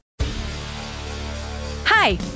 Hi